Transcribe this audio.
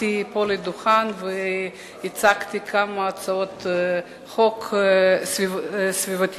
פה לדוכן והצגתי כמה הצעות חוק סביבתיות.